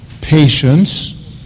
patience